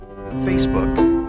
Facebook